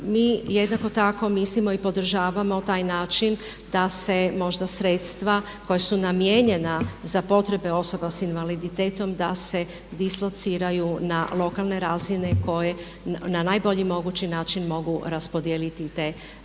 mi jednako tako mislimo i podržavamo taj način da se možda sredstva koja su namijenjena za potrebe osoba sa invaliditetom da se dislociraju na lokalne razine koje na najbolji mogući način mogu raspodijeliti ta